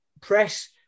press